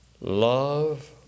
love